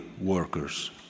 workers